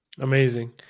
Amazing